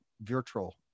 virtual